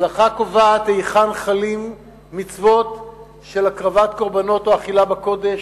ההלכה קובעת היכן חלות מצוות של הקרבת קורבנות או אכילה בקודש,